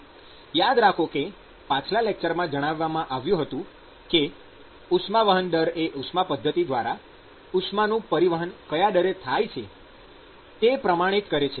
યાદ કરો કે પાછલા લેકચરમાં જણાવવામાં આવ્યું હતું કે ઉષ્મા વહન દર એ ઉષ્માવહન પદ્ધતિ દ્વારા ઉષ્માનું પરિવહન કયા દરે થાય છે તે પ્રમાણિત કરે છે